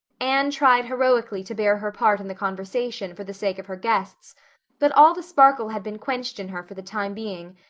anne tried heroically to bear her part in the conversation for the sake of her guests but all the sparkle had been quenched in her for the time being,